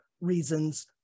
reasons